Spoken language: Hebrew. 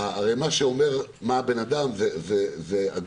מה שאומר מיהו הבן אדם זה הגוף,